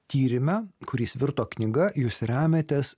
tyrime kuris virto knyga jūs remiatės